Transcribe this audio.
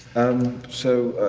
umm so,